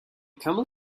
camel